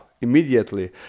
immediately